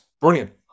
Brilliant